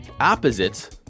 opposites